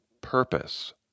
purpose